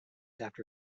after